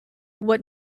what